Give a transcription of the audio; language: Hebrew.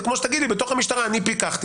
זה כמו שתגיד: בתוך המשטרה אני פיקחתי.